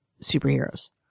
superheroes